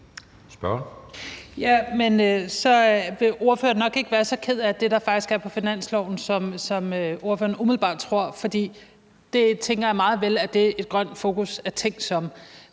(ALT): Så vil ordføreren nok ikke være så ked af det, der faktisk er på finansloven, som ordføreren umiddelbart tror. For det tænker jeg meget vel at et grønt fokus er tænkt som.